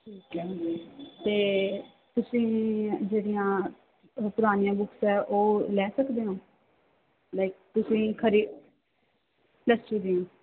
ਠੀਕ ਹੈ ਅਤੇ ਤੁਸੀਂ ਜਿਹੜੀਆਂ ਪੁਰਾਣੀਆਂ ਬੁੱਕਸ ਹੈ ਉਹ ਲੈ ਸਕਦੇ ਹੋ ਲਾਇਕ ਤੁਸੀਂ ਖਰੀਦ ਪਲੱਸ ਟੂ ਦੀ